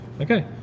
Okay